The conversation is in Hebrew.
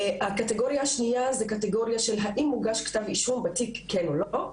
הקטגוריה השניה זאת קטגוריה של האם הוגש כתב אישום בתיק כן או לא,